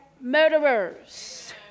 murderers